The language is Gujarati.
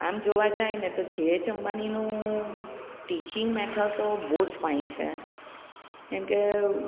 આમ જોવા જઈએને તો જેએચ અંબાણીનું ટીચિંગ મેથડ તો બહુ જ ફાઇન છે એમ કે